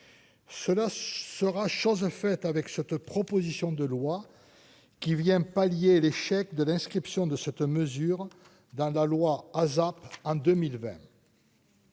cela sera chose faite avec cette proposition de loi qui vient pallier l'échec de l'inscription de cette mesure dans la loi ASAP en 2020.